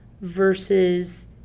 versus